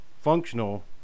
functional